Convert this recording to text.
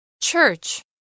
Church